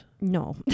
No